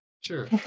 sure